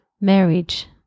marriage